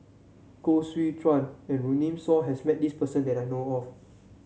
Koh Seow Chuan and Runme Shaw has met this person that I know of